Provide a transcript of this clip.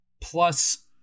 plus